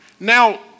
Now